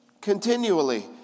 continually